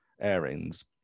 airings